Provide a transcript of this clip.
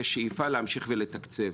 יש שאיפה להמשיך ולתקצב.